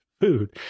food